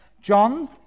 John